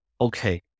okay